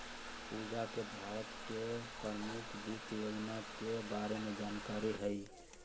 पूजा के भारत के परमुख वित योजना के बारे में जानकारी हई